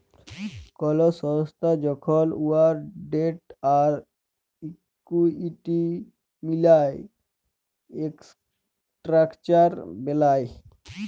call সংস্থা যখল উয়ার ডেট আর ইকুইটি মিলায় ইসট্রাকচার বেলায়